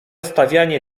stawianie